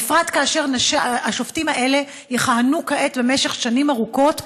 ובפרט כאשר השופטים האלה יכהנו כעת במשך שנים ארוכות,